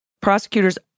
Prosecutors